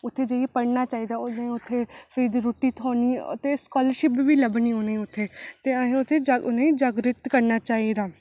उत्थै जेइयै पढ़ना चाहिदा हून जियां उत्थै जेइयै रुट्टी थ्होनी ते उत्थै सकालरशिप बी लब्भनी उनेंगी उत्थै ते असें उ'नेंगी उत्थै जागृत करना चाहिदा